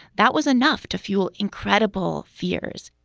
that was enough to fuel incredible fears,